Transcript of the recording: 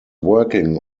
working